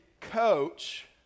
coach